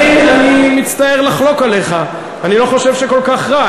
אני מצטער לחלוק עליך, אני לא חושב שכל כך רע.